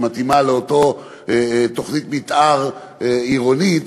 שמתאימה לאותה תוכנית מתאר עירונית.